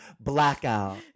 Blackout